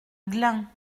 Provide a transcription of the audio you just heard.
glun